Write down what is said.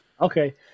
okay